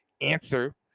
answer